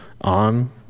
on